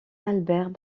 albert